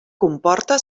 comporta